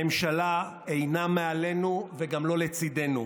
הממשלה אינה מעלינו וגם לא לצידנו.